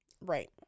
Right